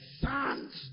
sons